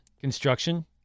construction